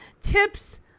tips